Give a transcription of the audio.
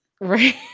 right